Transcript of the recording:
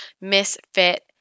Misfit